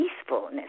peacefulness